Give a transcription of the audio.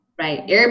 Right